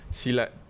silat